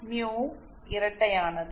mu இரட்டையானது